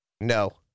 No